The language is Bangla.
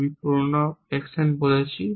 আমি কেবল পুরানো অ্যাকশন বলেছি